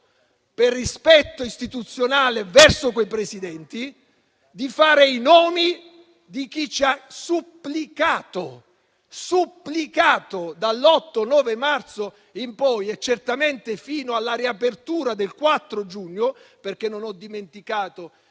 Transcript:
per rispetto istituzionale verso quei Presidenti, di fare i nomi di chi ci ha supplicato, dall'8 e 9 marzo in poi e certamente fino alla riapertura del 4 giugno - non ho dimenticato